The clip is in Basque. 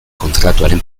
kontratuaren